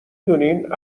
دونین